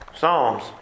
Psalms